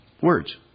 words